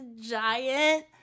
giant